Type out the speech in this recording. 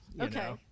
Okay